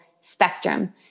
spectrum